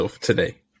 today